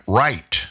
right